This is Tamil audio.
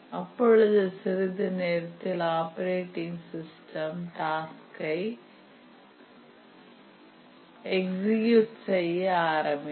அப்பொழுது சிறிது நேரத்தில் ஆப்பரேட்டிங் சிஸ்டம் டாச்க்கை எக்சீக்யூட் செய்ய ஆரம்பிக்கும்